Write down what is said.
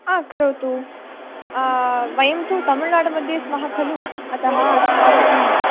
आ करोतु वयं तु तमिळुनाडुमध्ये स्मः खलु अतः अस्माकं